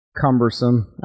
cumbersome